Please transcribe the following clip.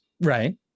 Right